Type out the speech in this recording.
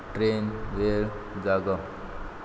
train वेळ जागो